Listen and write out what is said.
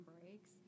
breaks